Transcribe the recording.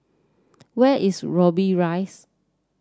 where is Robbie Rise